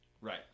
Right